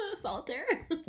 solitaire